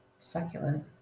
succulent